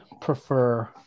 prefer